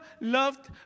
loved